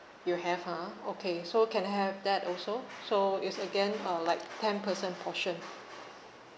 you have ah okay so can I have that also so is again uh like ten person portion